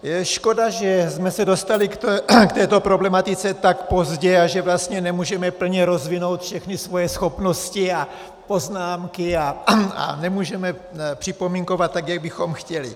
Je škoda, že jsme se dostali k této problematice tak pozdě a že vlastně nemůžeme plně rozvinout všechny svoje schopnosti a poznámky a nemůžeme připomínkovat tak, jak bychom chtěli.